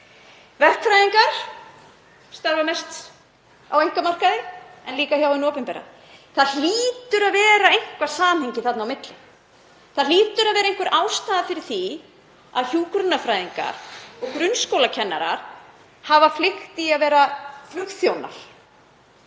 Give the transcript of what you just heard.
Verkfræðingar starfa mest á einkamarkaði en líka hjá hinu opinbera. Það hlýtur að vera eitthvert samhengi þarna á milli. Það hlýtur að vera einhver ástæða fyrir því að hjúkrunarfræðingar og grunnskólakennarar hafa flykkst í að starfa sem flugþjónar,